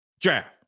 draft